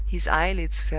his eyelids fell,